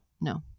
no